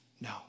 no